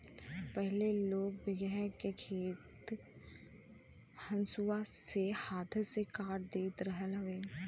पहिले लोग बीघहा के खेत हंसुआ से हाथवे से काट देत रहल हवे